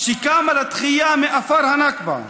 שקמה לתחייה מעפר הנכבה,